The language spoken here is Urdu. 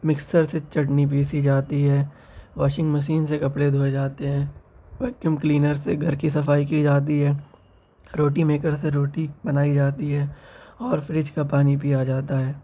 مسکر سے چٹی پیسی جاتی ہے واشنگ مشین سے کپڑے دھوئے جاتے ہیں واکیوم کلینر سے گھر کی صفائی کی جاتی ہے روٹی میکر سے روٹی بنائی جاتی ہے اور فریج کا پانی پیا جاتا ہے